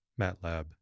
MATLAB